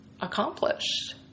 accomplished